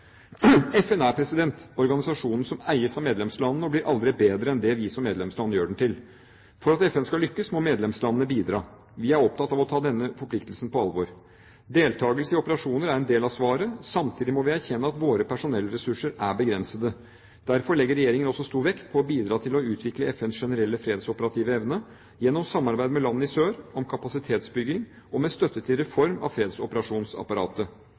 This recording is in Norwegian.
FN er en organisasjon som eies av medlemslandene, og blir aldri bedre enn det vi som medlemsland gjør den til. For at FN skal lykkes, må medlemslandene bidra. Vi er opptatt av å ta denne forpliktelsen på alvor. Deltakelse i operasjoner er en del av svaret. Samtidig må vi erkjenne at våre personellressurser er begrensede. Derfor legger regjeringen også stor vekt på å bidra til å utvikle FNs generelle fredsoperative evne, gjennom samarbeid med land i sør om kapasitetsbygging og med støtte til reform av fredsoperasjonsapparatet.